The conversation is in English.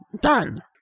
done